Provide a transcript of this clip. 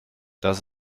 das